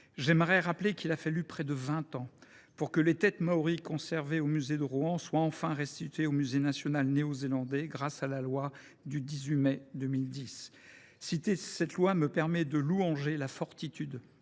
Je veux rappeler qu’il a fallu près de vingt ans pour que les têtes maories conservées au muséum de Rouen soient enfin restituées au musée national néo zélandais, grâce à la loi du 18 mai 2010. Citer cette loi me permet de louanger la fortitude